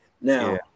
Now